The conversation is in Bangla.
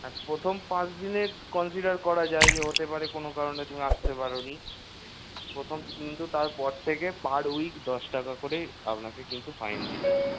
আর প্রথম পাঁচদিনের কন্সিডার করা যায় যে হতে পারে কোনো কারণে তুমি আসতে পারো নি প্রথম কিন্তু তারপর থেকে পার উইক দশ টাকা করে আপনাকে কিন্তু ফাইন দিতে হবে